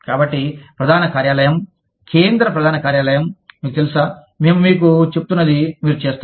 కాబట్టి ప్రధాన కార్యాలయం కేంద్ర ప్రధాన కార్యాలయం మీకు తెలుసా మేము మీకు చెప్తున్నది మీరు చేస్తారు